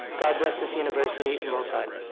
god bless this university and roll tide!